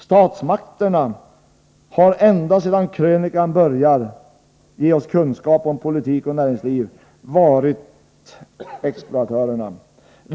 Statsmakterna har, ända sedan krönikan börjar ge oss kunskap om politik och näringsliv, varit exploatörerna.